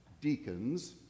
deacons